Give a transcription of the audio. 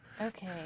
Okay